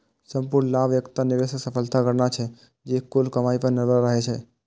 संपूर्ण लाभ एकटा निवेशक सफलताक गणना छियै, जे कुल कमाइ पर निर्भर रहै छै